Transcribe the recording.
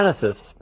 Genesis